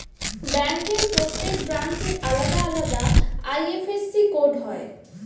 ব্যাংকের প্রত্যেক ব্রাঞ্চের আলাদা আলাদা আই.এফ.এস.সি কোড হয়